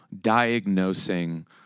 diagnosing